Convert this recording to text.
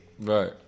Right